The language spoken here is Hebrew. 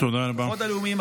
הכוחות הלאומיים,